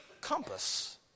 compass